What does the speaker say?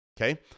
Okay